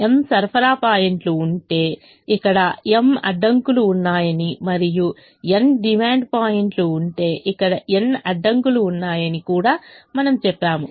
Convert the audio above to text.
m సరఫరా పాయింట్లు ఉంటే ఇక్కడ m అడ్డంకులు ఉన్నాయని మరియు n డిమాండ్ పాయింట్లు ఉంటే ఇక్కడ n అడ్డంకులు ఉన్నాయని కూడా మనము చెప్పాము